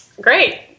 Great